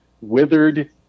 withered